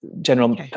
general